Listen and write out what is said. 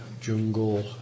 jungle